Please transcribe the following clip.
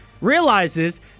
realizes